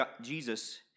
Jesus